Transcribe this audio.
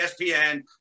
ESPN